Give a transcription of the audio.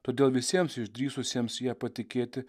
todėl visiems išdrįsusiems ja patikėti